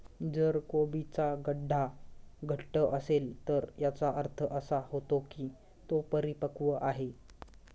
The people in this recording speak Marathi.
जर कोबीचा गड्डा घट्ट असेल तर याचा अर्थ असा होतो की तो परिपक्व आहे